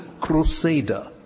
crusader